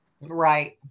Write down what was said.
right